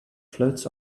floats